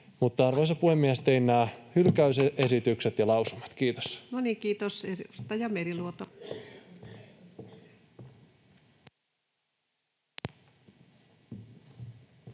Arvoisa puhemies! Tein nämä hylkäysesitykset ja lausumat. — Kiitos.